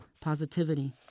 Positivity